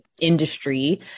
industry